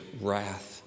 wrath